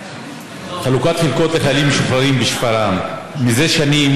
חלוקת חלקות לחיילים משוחררים בשפרעם: זה שנים